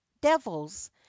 devils